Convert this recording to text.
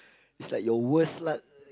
is like your worst luck